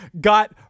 got